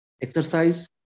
Exercise